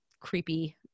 creepy